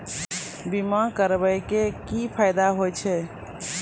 बीमा करबै के की फायदा होय छै?